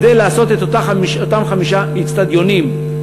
כדי לעשות את אותם חמישה איצטדיונים,